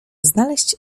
znaleźć